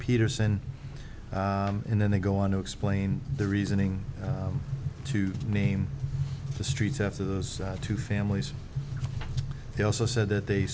peterson and then they go on to explain the reasoning to name the street after those two families they also said that they